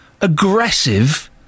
aggressive